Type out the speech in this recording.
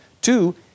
Two